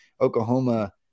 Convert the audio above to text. Oklahoma